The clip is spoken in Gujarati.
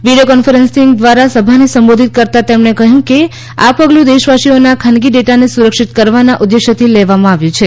વીડિયો કોન્ફરન્સિંગ દ્વારા સભાને સંબોધિત કરતાં તેમણે કહ્યું કે આ પગલું દેશવાસીઓના ખાનગી ડેટાને સુરક્ષિત કરવાના ઉદ્દેશ્યથી લેવામાં આવ્યું છે